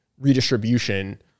redistribution